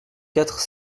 quatre